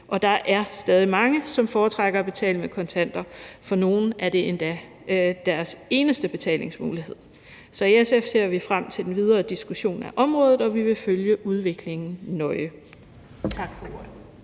og der er stadig mange, som foretrækker at betale med kontanter. For nogle er det endda deres eneste betalingsmulighed. Så i SF ser vi frem til den videre diskussion af området, og vi vil følge udviklingen nøje.